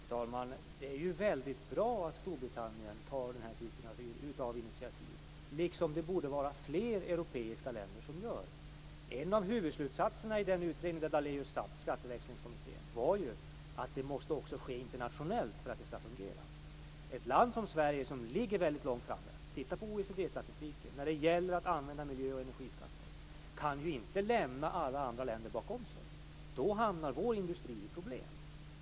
Fru talman! Det är ju väldigt bra att Storbritannien har tagit den här typen av initiativ. Det borde var fler europeiska länder som gör det. En av huvudslutsatserna i Skatteväxlingskommitténs utredning - där Lennart Daléus var med - var ju att skatteväxling måste ske också internationellt för att det skall fungera. Ett land som Sverige som ligger väldigt långt framme - titta på OECD-statistiken - när det gäller att använda miljö och energiskatter kan ju inte lämna alla andra länder bakom sig. Då hamnar vår industri i problem.